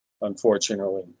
unfortunately